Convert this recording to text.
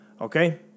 Okay